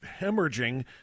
hemorrhaging